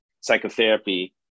psychotherapy